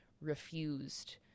refused